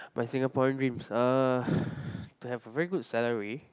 my Singaporean dreams uh to have a very good salary